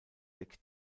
deck